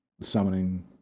summoning